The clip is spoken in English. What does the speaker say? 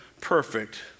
perfect